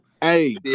hey